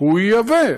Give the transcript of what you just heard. הוא ייבא.